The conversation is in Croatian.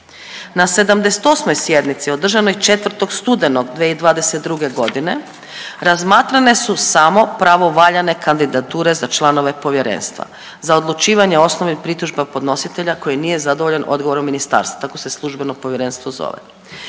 Na 78 sjednici održanoj 4. studenog 2022. godine razmatrane su samo pravovaljane kandidature za članove povjerenstva za odlučivanje o osnovnim pritužbama podnositelja koji nije zadovoljan odgovorom ministarstva, tako se službeno povjerenstvo zove.